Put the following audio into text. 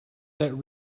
that